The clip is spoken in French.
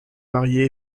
marié